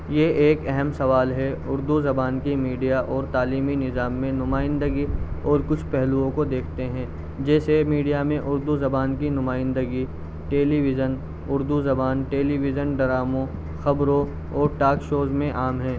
یہ ایک اہم سوال ہے اردو زبان کی میڈیا اور تعلیمی نظام میں نمائندگی اور کچھ پہلوؤں کو دیکھتے ہیں جیسے میڈیا میں اردو زبان کی نمائندگی ٹیلیویژن اردو زبان ٹیلیویژن ڈراموں خبروں اور ٹاک شوز میں عام ہے